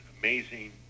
amazing